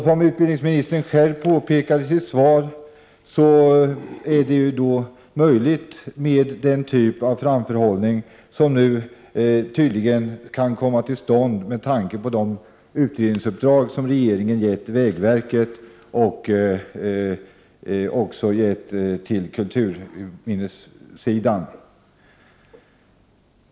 Som utbildningsministern påpekade i sitt svar är det tydligen, med tanke på de utredningsuppdrag som regeringen har gett vägverket och kulturminnessidan, möjligt med denna typ av framförhållning.